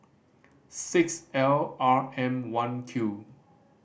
six L R M One Q